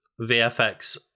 VFX